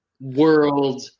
world